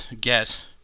get